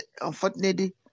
unfortunately